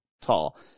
tall